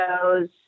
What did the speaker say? shows